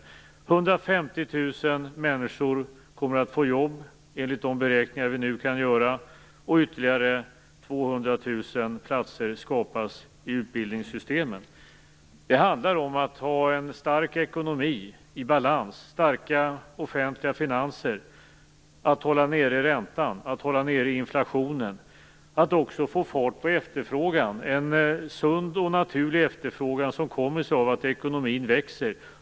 150 000 människor kommer att få jobb enligt de beräkningar vi nu kan göra, och ytterligare 200 000 platser skapas i utbildningssystemen. Det handlar om att ha en stark ekonomi i balans, starka offentliga finanser, att hålla nere räntan och inflationen och att dessutom få fart på efterfrågan. Vi skall ha en sund och naturlig efterfrågan som kommer sig av att ekonomin växer.